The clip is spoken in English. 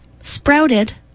sprouted